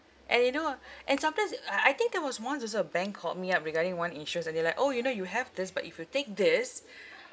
and you know and sometimes I I think there was once also a bank called me up regarding one insurance and they're like orh you know you have this but if you take this